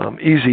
Easy